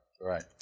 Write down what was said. Right